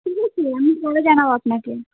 ঠিক আছে আমি পরে জানাবো আপনাকে